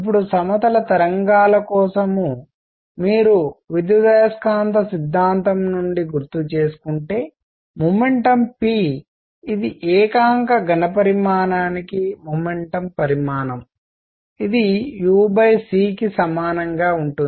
ఇప్పుడు సమతల తరంగాల కోసం మీరు విద్యుదయస్కాంత సిద్ధాంతం నుండి గుర్తుచేసుకుంటే మొమెంటం p ఇది ఏకాంక ఘణపరిమాణానికి మొమెంటం పరిమాణం ఇది u c కి సమానంగా ఉంటుంది